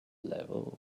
level